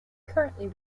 currently